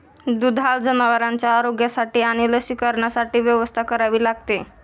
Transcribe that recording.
दुधाळ जनावरांच्या आरोग्यासाठी आणि लसीकरणासाठी व्यवस्था करावी लागते